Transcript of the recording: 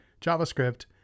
JavaScript